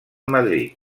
madrid